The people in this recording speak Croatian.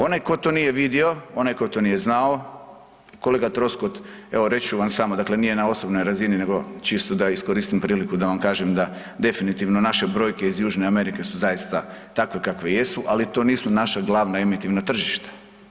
Onaj ko to nije vidio, onaj ko to nije znao, kolega Troskot evo reći ću vam samo, dakle nije na osobnoj razini nego čisto da iskoristim priliku da vam kažem da definitivno naše brojke iz Južne Amerike su zaista takve kakve jesu, ali to nisu naša glavna emitivna tržišta.